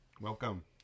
welcome